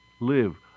Live